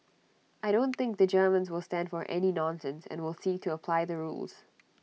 I don't think the Germans will stand for any nonsense and will seek to apply the rules